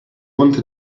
want